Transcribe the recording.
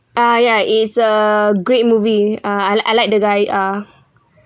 ah ya it's a great movie ah I like I like the guy ah